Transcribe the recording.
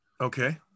Okay